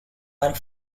are